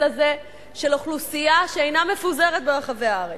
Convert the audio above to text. הזה של אוכלוסייה שאינה מפוזרת ברחבי הארץ.